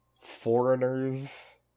foreigner's